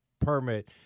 permit